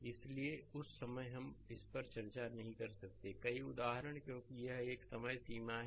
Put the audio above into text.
इसलिए उस समय हम इस पर चर्चा नहीं कर सकते कई उदाहरण क्योंकि यह एक समय सीमा है